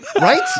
Right